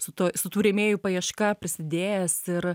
su tuo su tų rėmėjų paieška prisidėjęs ir